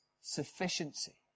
sufficiency